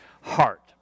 heart